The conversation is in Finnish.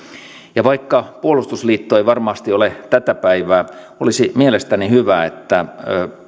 ja vaikka puolustusliitto ei varmasti ole tätä päivää olisi mielestäni hyvä että